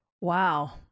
Wow